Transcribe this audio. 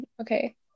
okay